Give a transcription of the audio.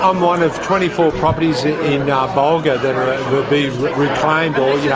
um one of twenty four properties in and bulga that will be reclaimed or yeah